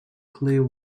clear